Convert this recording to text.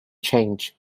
change